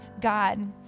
God